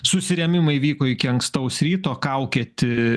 susirėmimai vyko iki ankstaus ryto kaukėti